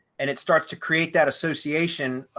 and it starts to create that association,